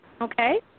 Okay